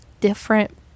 different